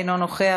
אינו נוכח,